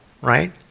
right